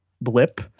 blip